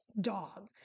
dog